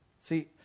See